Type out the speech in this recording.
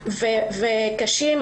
וקשים.